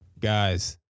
guys